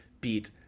beat